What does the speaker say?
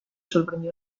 sorprendió